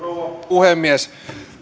puhemies